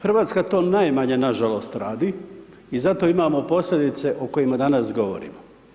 Hrvatska to najmanje nažalost radi i zato imamo posljedice o kojima danas govorimo.